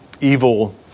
evil